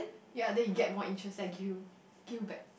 ya then you get more interest then I give you give you back